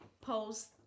post